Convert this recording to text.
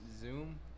Zoom